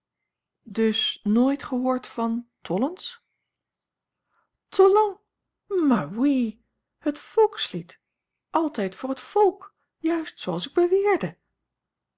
dus nooit gehoord van tollens a l g bosboom-toussaint langs een omweg tollens mats oui het volkslied altijd voor het volk juist zooals ik beweerde